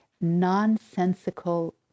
nonsensical